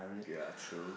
ya true